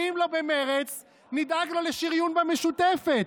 ואם לא במרצ נדאג לו לשריון במשותפת.